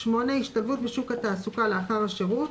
השתלבות בשוק התעסוקה לאחר השירות,